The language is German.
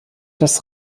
das